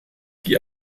die